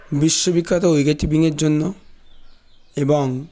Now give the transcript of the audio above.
বিশ্ববিখ্যাত wicket keeping এর জন্য এবং